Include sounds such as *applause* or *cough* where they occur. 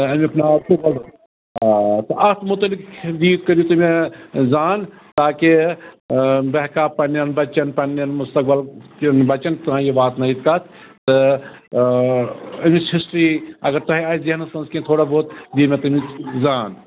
تہٕ امیُک ناو چھُ *unintelligible* آ تہٕ اَتھ متعلق دِیِو کٔرِو تُہۍ مےٚ زان تاکہِ بہٕ ہٮ۪کہٕ ہہ پَنٛنیٚن بَچَن پَنٛنیٚن مُستقبَل کِن بَچَن تام یہِ واتنٲیِتھ کَتھ تہٕ امِچ ہسٹری اَگر تۄہہِ آسہِ ذہنَس منٛز کیٚنہہ تھوڑا بہت دِیُو مےٚ تمِچ زان